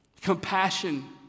compassion